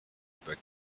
über